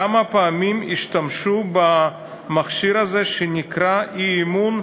כמה פעמים השתמשו במכשיר הזה, שנקרא אי-אמון,